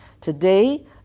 Today